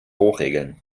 hochregeln